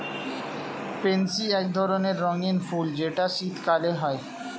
pansy এক ধরণের রঙ্গীন ফুল যেটা শীতকালে হয়